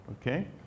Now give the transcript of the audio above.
okay